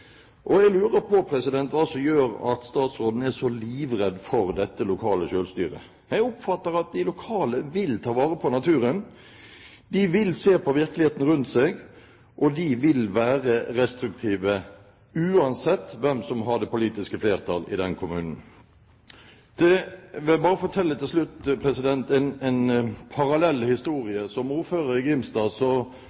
Jeg lurer på hva det er som gjør at statsråden er så livredd for dette lokale selvstyret. Jeg oppfatter det slik at de lokale vil ta vare på naturen, de vil se på virkeligheten rundt seg, og de vil være restriktive, uansett hvem som har det politiske flertall i den kommunen. Jeg vil til slutt bare fortelle